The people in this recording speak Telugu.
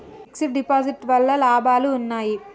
ఫిక్స్ డ్ డిపాజిట్ వల్ల లాభాలు ఉన్నాయి?